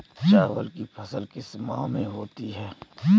चावल की फसल किस माह में होती है?